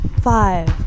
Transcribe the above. Five